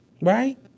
Right